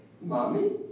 mommy